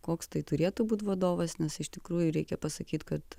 koks tai turėtų būt vadovas nes iš tikrųjų reikia pasakyt kad